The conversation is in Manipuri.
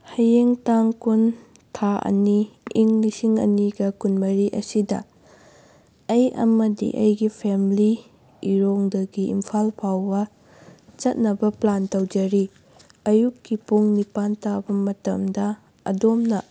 ꯍꯌꯦꯡ ꯇꯥꯡ ꯀꯨꯟ ꯊꯥ ꯑꯅꯤ ꯏꯪ ꯂꯤꯁꯤꯡ ꯑꯅꯤꯒ ꯀꯨꯟꯃꯔꯤ ꯑꯁꯤꯗ ꯑꯩ ꯑꯃꯗꯤ ꯑꯩꯒꯤ ꯐꯦꯃꯦꯂꯤ ꯏꯔꯣꯡꯗꯒꯤ ꯏꯝꯐꯥꯜ ꯐꯥꯎꯕ ꯆꯠꯅꯕ ꯄ꯭ꯂꯥꯟ ꯇꯧꯖꯔꯤ ꯑꯌꯨꯛꯀꯤ ꯄꯨꯡ ꯅꯤꯄꯥꯟ ꯇꯥꯕ ꯃꯇꯝꯗ ꯑꯗꯣꯝꯅ